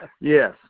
yes